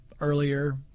earlier